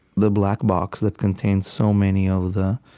the black box that contains so many of the